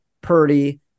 Purdy